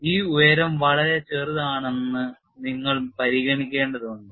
ഈ ഉയരം വളരെ ചെറുതാണെന്ന് നിങ്ങൾ പരിഗണിക്കേണ്ടതുണ്ട്